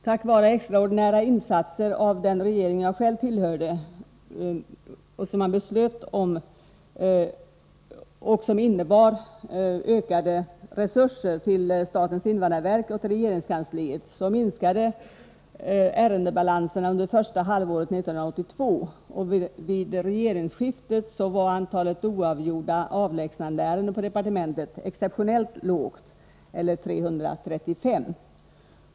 Tack vare extraordinära insatser som den regering jag själv tillhörde beslöt om och som innebar ökade resurser till både statens invandrarverk och regeringskansliet, minskade ärendebalanserna starkt under första halvåret 1982. Vid regeringsskiftet var antalet oavgjorda avlägsnandeärenden på departementet exceptionellt lågt, 335.